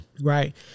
right